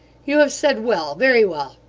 you have said well, very well.